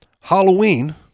Halloween